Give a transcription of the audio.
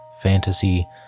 fantasy